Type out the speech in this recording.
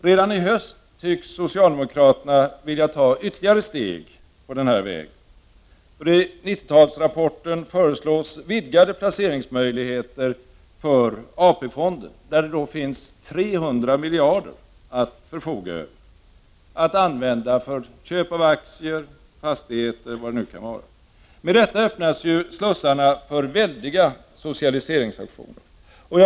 Redan i höst tycks socialdemokraterna vilja ta ytterligare steg på den här vägen. I 90-talsrapporten föreslås vidgade placeringsmöjligheter för AP-fonden, där det finns 300 miljarder kronor att förfoga över och att använda för köp av aktier, fastigheter m.m. Med detta öppnas slussarna för väldiga socialiseringsaktioner.